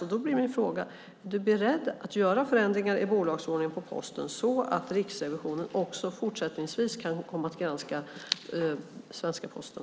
Min fråga blir: Är du beredd att göra förändringar i bolagsordningen för Posten så att Riksrevisionen också fortsättningsvis kan komma att granska svenska Posten?